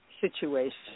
situation